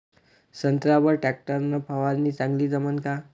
संत्र्यावर वर टॅक्टर न फवारनी चांगली जमन का?